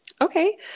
Okay